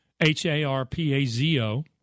H-A-R-P-A-Z-O